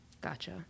Gotcha